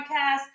podcast